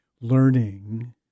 learning